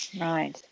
Right